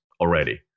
already